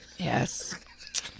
Yes